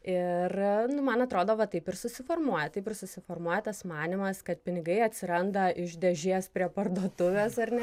ir nu man atrodo va taip ir susiformuoja taip ir susiformuoja tas manymas kad pinigai atsiranda iš dėžės prie parduotuvės ar ne